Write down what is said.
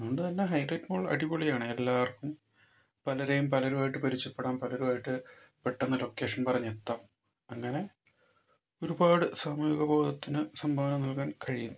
അതുകൊണ്ട് തന്നെ Hilite mall അടിപൊളിയാണ് എല്ലാവർക്കും പലരെയും പലരുമായിട്ട് പരിചയപ്പെടാം പലരുമായിട്ട് പെട്ടെന്ന് ലൊക്കേഷൻ പറഞ്ഞെത്താം അങ്ങനെ ഒരുപാട് സാമൂഹിക ബോധത്തിന് സംഭാവന നൽകാൻ കഴിയും